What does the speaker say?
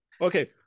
Okay